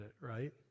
right